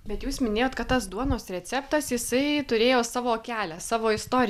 bet jūs minėjot kad tas duonos receptas jisai turėjo savo kelią savo istoriją